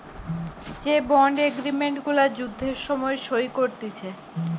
যে bond agreement গুলা যুদ্ধের সময় সই করতিছে